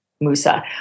Musa